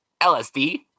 LSD